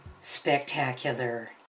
spectacular